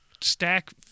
stack